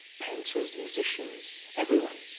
painter's, musicians. everyone.